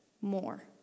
more